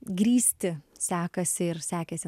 grįsti sekasi ir sekėsi